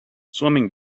swimming